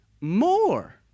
more